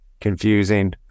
confusing